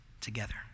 together